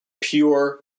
pure